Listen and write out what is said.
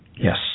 Yes